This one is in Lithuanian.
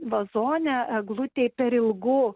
vazone eglutei per ilgu